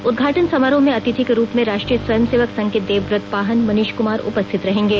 उदघाटन समारोह में अतिथि के रूप में राष्ट्रीय स्वयंसेवक संघ के देवब्रत पाहन मनीष कमार उपस्थित रहेंगे